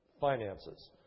finances